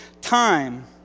time